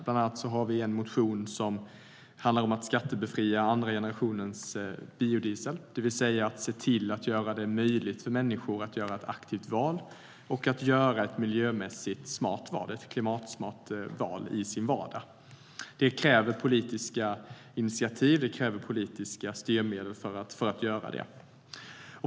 Bland annat har vi en motion som handlar om att skattebefria andra generationens biodiesel, det vill säga se till att göra det möjligt för människor att göra ett aktivt och miljömässigt klimatsmart val i sin vardag. Det krävs politiska initiativ och styrmedel för att göra det.